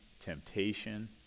temptation